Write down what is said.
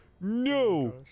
No